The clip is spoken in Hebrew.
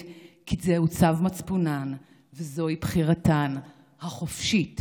כי זהו צו מצפונן וזוהי בחירתן החופשית,